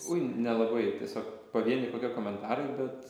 ui nelabai tiesiog pavieniai kokie komentarai bet